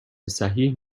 صحیح